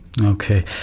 Okay